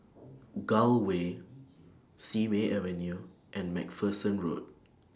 Gul Way Simei Avenue and MacPherson Road